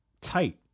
tight